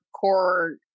core